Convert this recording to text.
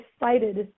excited